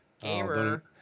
Gamer